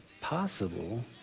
possible